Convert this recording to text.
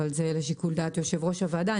אבל זה לשיקול דעת יושב ראש הוועדה.